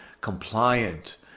compliant